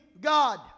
God